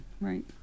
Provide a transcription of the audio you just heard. Right